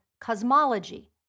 cosmology